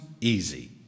easy